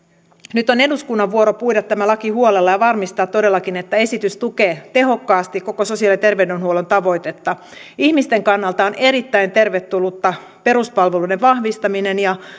nyt on eduskunnan vuoro puida tämä laki huolella ja varmistaa todellakin että esitys tukee tehokkaasti koko sosiaali ja terveydenhuollon tavoitetta ihmisten kannalta on erittäin tervetullutta peruspalveluiden vahvistaminen ja